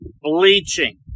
bleaching